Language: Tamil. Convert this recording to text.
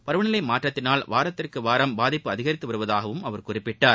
பருவநிலை மாற்றத்தினால் வாரத்திற்கு வாரம் பாதிப்பு அதிகரித்து வருவதாகவும் அவர் குறிப்பிட்டார்